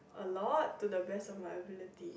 a lot to the best of my ability